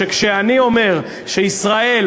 שכשאני אומר שישראל,